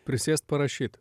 prisėst parašyt